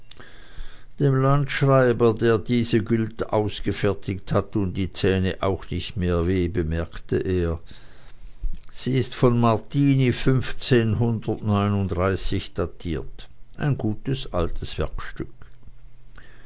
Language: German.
dem landschreiber der die gült ausgefertigt hat tun die zähne auch nicht mehr weh bemerkte er sie ist von martini datiert ein gutes altes wertstück